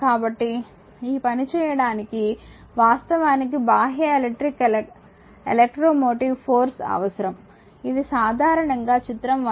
కాబట్టి ఈ పని చెయడానికి వాస్తవానికి బాహ్య electric electromotive force emf అవసరం ఇది సాధారణంగా చిత్రం 1